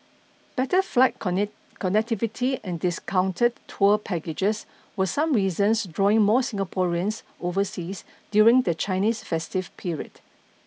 better flight connectivity and discounted tour packages were some reasons drawing more Singaporeans overseas during the Chinese festive period